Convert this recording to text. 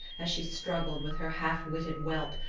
as she struggled with her half-witted whelp,